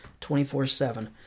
24-7